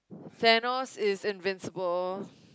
Thanos is invincible